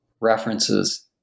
references